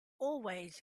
always